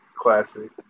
Classic